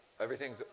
Everything's